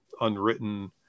unwritten